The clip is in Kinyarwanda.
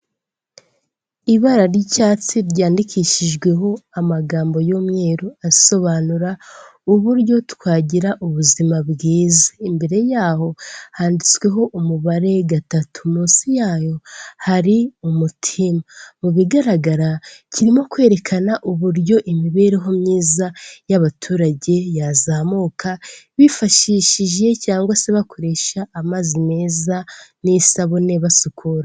Ibara ry'icyatsi ryandikishijweho amagambo y'umweru asobanura uburyo twagira ubuzima bwiza, imbere yaho handitsweho umubare gatatu, munsi yayo hari umutima, mu bigaragara kirimo kwerekana uburyo imibereho myiza y'abaturage yazamuka, bifashishije cyangwa se bakoresha amazi meza n'isabune basukura.